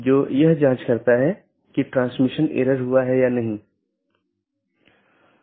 और यह बैकबोन क्षेत्र या बैकबोन राउटर इन संपूर्ण ऑटॉनमस सिस्टमों के बारे में जानकारी इकट्ठा करता है